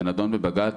זה נדון בבג"צ,